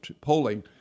Polling